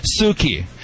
Suki